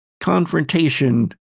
confrontation